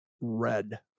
red